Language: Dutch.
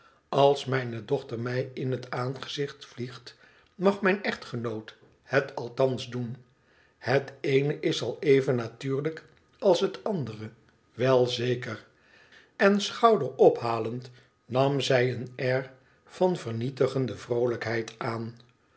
als mijne dochter mij in het aangezicht vliegt mag mijn echtgenoot het althans doen het eene is al even natuurlijk als het andere wel zeker en schouder-ophalend nam zij een air van vernietigende vroolijkheid aan